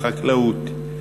בחקלאות,